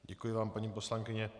Děkuji vám, paní poslankyně.